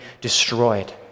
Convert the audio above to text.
destroyed